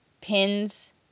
pins